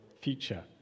future